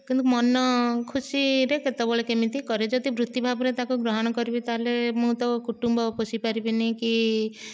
କିନ୍ତୁ ମନ ଖୁସିରେ କେତେବେଳେ କେମିତି କରେ ଯଦି ବୃତ୍ତି ଭାବରେ ତାକୁ ଗ୍ରହଣ କରିବି ତା'ହେଲେ ମୁଁ ତ କୁଟୁମ୍ବ ପୋଷି ପାରିବିନି କି